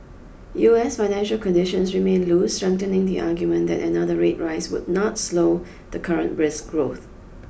US financial conditions remain loose strengthening the argument that another rate rise would not slow the current brisk growth